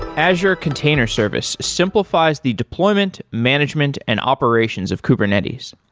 azure container service simplifies the deployment, management and operations of kubernetes.